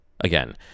again